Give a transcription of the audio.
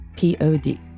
Pod